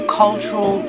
cultural